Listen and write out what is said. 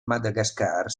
madagascar